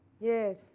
Yes